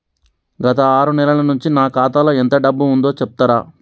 గత ఆరు నెలల నుంచి నా ఖాతా లో ఎంత డబ్బు ఉందో చెప్తరా?